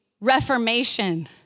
reformation